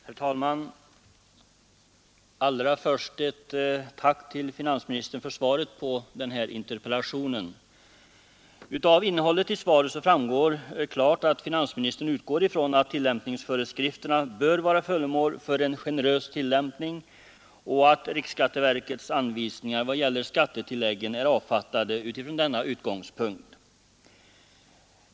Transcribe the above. Herr talman! Allra först ett tack till finansministern för svaret på interpellationen. Av innehållet i svaret framgår klart att finansministern utgår från att tillämpningsföreskrifterna bör vara föremål för en generös tillämpning och att riksskatteverkets anvisningar vad gäller skattetilläggen är avfattade från denna utgångspunkt.